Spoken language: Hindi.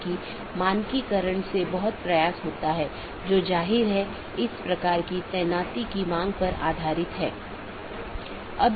एक विशेष उपकरण या राउटर है जिसको BGP स्पीकर कहा जाता है जिसको हम देखेंगे